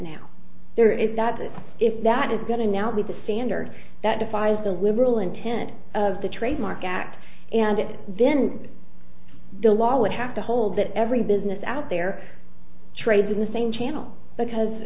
now there is that if that is going to now be the standard that defies the liberal intent of the trademark act and it didn't the law would have to hold that every business out there trades in the same channel because